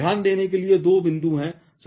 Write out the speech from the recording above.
ध्यान देने के लिए दो बिंदु हैं